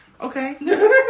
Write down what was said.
Okay